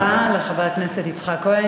תודה רבה לחבר הכנסת יצחק כהן.